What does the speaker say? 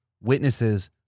witnesses